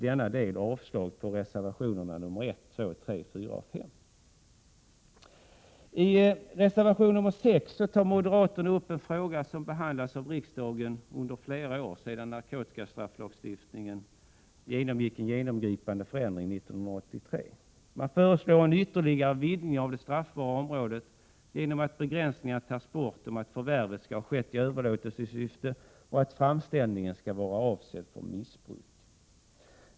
Jag yrkar avslag på reservationerna nr 1, 2, 3, 4 och 5. I reservation nr 6 tar moderaterna upp en fråga som behandlats av riksdagen under flera år, alltsedan narkotikalagstiftningen 1983 genomgick en genomgripande förändring. Man föreslår nu ytterligare vidgning av det straffbara området genom borttagande av begränsningarna att förvärv skall ha skett i överlåtelsesyfte och att framställning skall vara avsedd för missbruk.